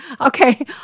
Okay